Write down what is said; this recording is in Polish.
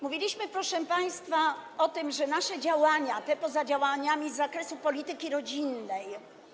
Mówiliśmy, proszę państwa, o tym, że nasze działania, te poza działaniami z zakresu polityki rodzinnej.